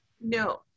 No